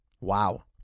wow